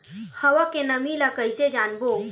हवा के नमी ल कइसे जानबो?